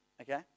Okay